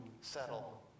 settle